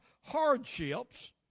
hardships